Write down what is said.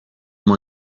برای